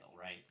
right